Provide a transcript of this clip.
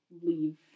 leave